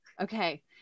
Okay